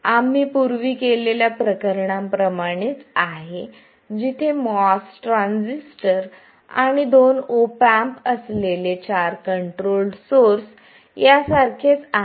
आम्ही पूर्वी केलेल्या प्रकरणांसारखेच आहे जिथे MOS ट्रान्झिस्टर आणि दोन ऑप एम्प असलेले चार कंट्रोल्ड सोर्स यासारखेच आहे